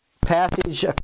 passage